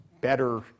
better